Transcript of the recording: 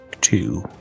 two